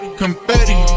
confetti